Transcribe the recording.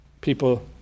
People